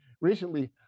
recently